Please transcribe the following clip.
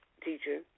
teacher